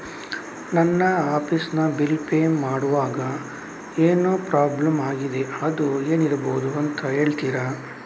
ನನ್ನ ಆಫೀಸ್ ನ bill pay ಮಾಡ್ವಾಗ ಏನೋ ಪ್ರಾಬ್ಲಮ್ ಆಗಿದೆ ಅದು ಏನಿರಬಹುದು ಅಂತ ಹೇಳ್ತೀರಾ?